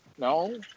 No